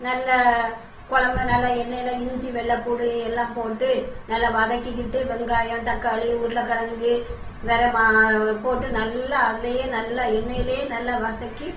நல்லா கொழம்ப நல்லா எண்ணெயில் இஞ்சி வெள்ளைப்புண்டு எல்லாம் போட்டு நல்ல வதக்கிக்கிட்டு வெங்காயம் தக்காளி உருளைக் கெழங்கு வேறு மா போட்டு நல்லா அதிலேயே நல்லா எண்ணெயிலேயே நல்லா வதக்கி